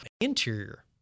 interior